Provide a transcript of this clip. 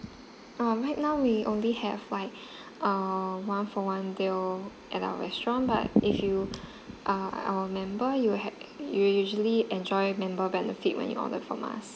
uh right now we only have like uh one for one deal at our restaurant but if you uh our member you will have you usually enjoy member benefit when you order from us